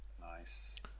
Nice